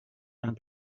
and